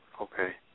Okay